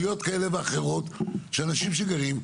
אין הרבה חברות כאלה, שזה מוסלמים ונוצרים.